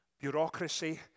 bureaucracy